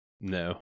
No